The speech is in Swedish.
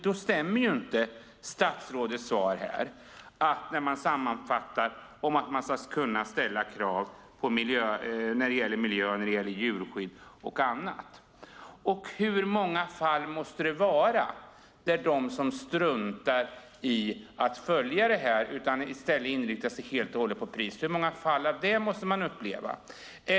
Då stämmer inte statsrådets svar om man sammanfattar det hela så att man ska kunna ställa krav på miljö, djurskydd och annat. Hur många fall där man struntar i att följa reglerna och i stället inriktar sig på pris måste vi uppleva?